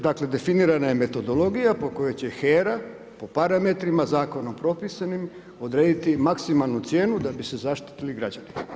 Dakle, definirana je metodologija po kojoj će HERA po parametrima zakonom propisanim odrediti maksimalnu cijenu da bi se zaštitili građani.